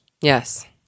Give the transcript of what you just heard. yes